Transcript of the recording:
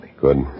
Good